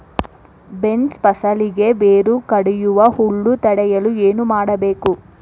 Beans ಫಸಲಿಗೆ ಬೇರು ಕಡಿಯುವ ಹುಳು ತಡೆಯಲು ಏನು ಮಾಡಬೇಕು?